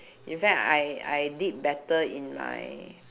in fact I I did better in my